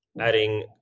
adding